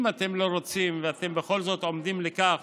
אם אתם לא רוצים ואתם בכל זאת עומדים על כך